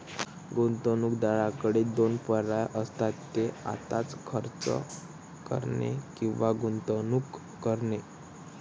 गुंतवणूकदाराकडे दोन पर्याय असतात, ते आत्ताच खर्च करणे किंवा गुंतवणूक करणे